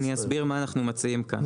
אני אסביר מה אנחנו מציעים כאן,